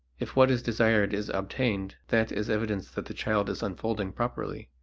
if what is desired is obtained, that is evidence that the child is unfolding properly.